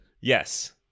Yes